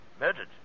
Murdered